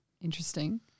interesting